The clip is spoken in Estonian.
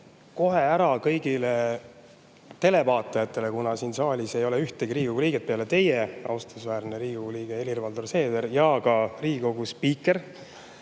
kohe ära kõigile televaatajatele – kuna siin saalis ei ole ühtegi Riigikogu liiget peale teie, austusväärne Riigikogu liige Helir-Valdor Seeder ja Riigikogu spiiker